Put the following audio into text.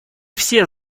все